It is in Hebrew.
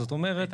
זאת אומרת